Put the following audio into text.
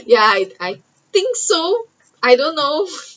ya I I I think so I don’t know